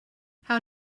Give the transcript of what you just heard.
how